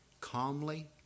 calmly